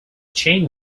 chain